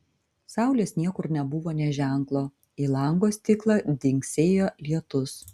saulės niekur nebuvo nė ženklo į lango stiklą dzingsėjo lietus